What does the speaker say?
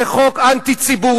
זה חוק אנטי-ציבורי,